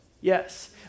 Yes